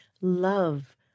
love